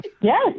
Yes